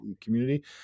community